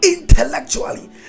intellectually